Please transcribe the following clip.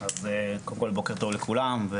בוקר טוב לכולם,